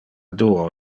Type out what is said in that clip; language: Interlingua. duo